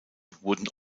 wurden